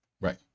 Right